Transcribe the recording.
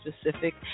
specific